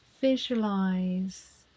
visualize